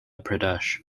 pradesh